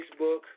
Facebook